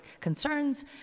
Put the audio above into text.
concerns